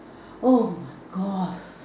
oh my God